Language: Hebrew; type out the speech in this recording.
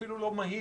אפילו לא מהיר.